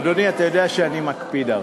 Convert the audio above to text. אדוני, אתה יודע שאני מקפיד.